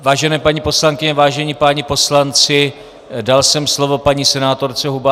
Vážené paní poslankyně, vážení páni poslanci, dal jsem slovo paní senátorce Hubáčkové.